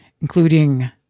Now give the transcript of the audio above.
including